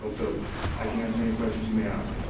um so i can answer any questions you may have.